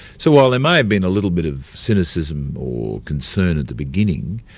so while there may have been a little bit of cynicism or concern at the beginning,